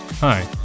Hi